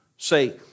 Say